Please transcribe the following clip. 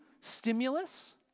stimulus